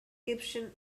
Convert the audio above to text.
gibson